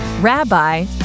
Rabbi